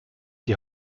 die